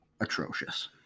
atrocious